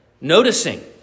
Noticing